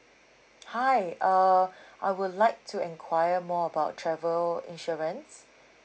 hi err I would like to enquire more about travel insurance